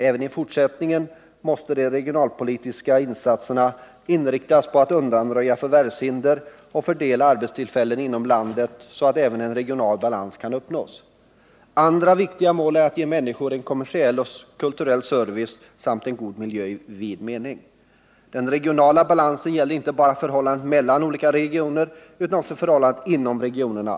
Även i fortsättningen måste de regionalpolitiska insatserna inriktas på att undanröja förvärvshinder och fördela arbetstillfällen inom landet, så att även regional balans kan uppnås. Andra viktiga mål är att ge människor en kommersiell och kulturell service samt en god miljö i vid mening. Den regionala balansen gäller inte bara förhållandet mellan olika regioner utan också förhållandet inom regionerna.